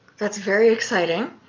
that's very exciting.